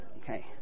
Okay